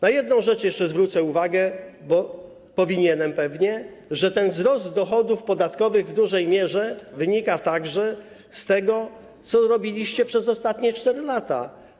Na jedną rzecz jeszcze zwrócę uwagę, bo pewnie powinienem - że wzrost dochodów podatkowych w dużej mierze wynika także z tego, co robiliście przez ostatnie 4 lata.